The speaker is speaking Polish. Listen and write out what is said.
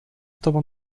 tobą